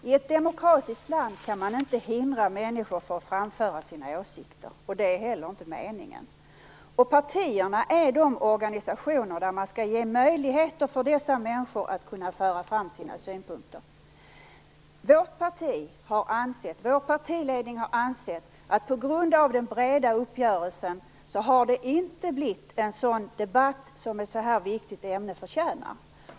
Fru talman! I ett demokratiskt land kan man inte hindra människor från att framföra sina åsikter, och det är heller inte meningen. Partierna är de organisationer där man skall ge möjligheter för människor att kunna föra fram sina synpunkter. Vår partiledning har ansett att det på grund av den breda uppgörelsen inte har blivit en sådan debatt som ett sådant här viktigt ämne förtjänar.